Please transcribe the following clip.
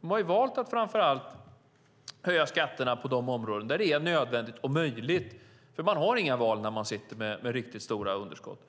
De har valt att framför allt höja skatterna på de områden där det är nödvändigt och möjligt, för man har inga val när man sitter med riktigt stora underskott.